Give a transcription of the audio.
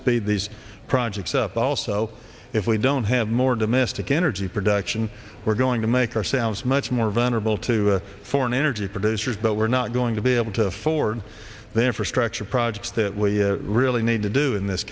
speed these projects up also if we don't have more domestic energy production we're going to make our sounds much more vulnerable to foreign energy producers but we're not going to be able to afford the infrastructure projects that we really need to do in this